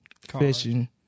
fishing